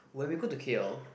when we go to K_L